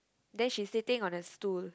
then she's sitting on a stool